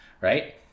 right